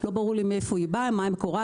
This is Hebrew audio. לא ברור לי מאיפה היא באה, מה מקורה.